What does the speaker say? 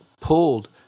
pulled